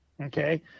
okay